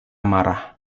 marah